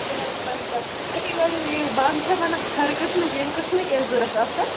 زٕ ہتھ پنٛژاہ اَسہِ أسۍ وارِیاہ نِنۍ یہِ بانہٕ چھَا بنان ہر قٕسمٕکۍ ییٚمہِ قٕسمٕکۍ اَسہِ ضروٗرت آسان